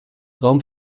raum